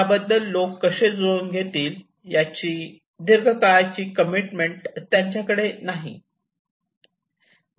याबद्दल लोक कसे जुळवून घेतील याची दीर्घ काळाची कमिटमेंट त्यांच्याकडे नाही